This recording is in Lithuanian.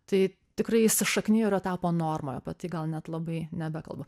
tai tikrai įsišakniję yra tapę norma apie tai gal net labai nebekalba